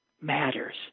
matters